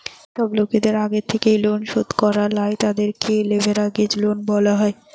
যেই সব লোকদের আগের থেকেই লোন শোধ করা লাই, তাদেরকে লেভেরাগেজ লোন বলা হয়